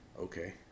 Okay